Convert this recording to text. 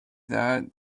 that